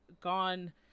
gone